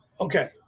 Okay